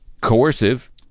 coercive